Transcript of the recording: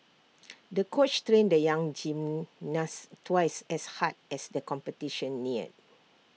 the coach trained the young gymnast twice as hard as the competition neared